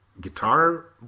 Guitar